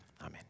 Amen